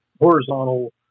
horizontal